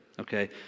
Okay